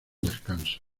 descanso